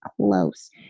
close